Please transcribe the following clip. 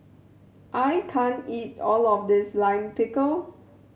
I can't eat all of this Lime Pickle